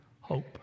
Hope